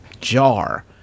jar